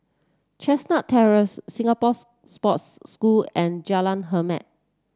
Chestnut Terrace Singapore's Sports School and Jalan Hormat